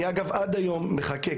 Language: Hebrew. אני אגב עד היום מחכה,